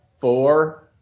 four